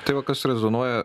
tai va kas rezonuoja